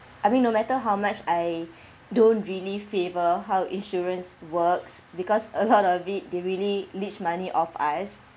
I mean no matter how much I don't really favour how insurance works because a lot of it they really leech money of us